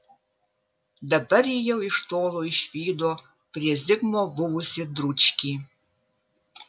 dabar ji jau iš tolo išvydo prie zigmo buvusį dručkį